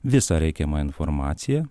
visą reikiamą informaciją